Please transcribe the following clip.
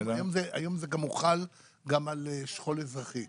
היום זה גם הוחל על שכול אזרחי.